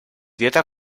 dieta